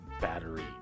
battery